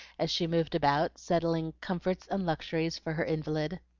as she moved about, settling comforts and luxuries for her invalid.